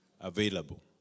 available